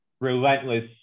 relentless